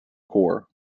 core